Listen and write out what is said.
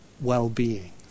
well-being